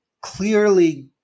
clearly